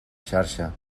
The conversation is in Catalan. xarxa